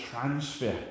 transfer